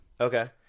Okay